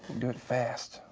do it fast,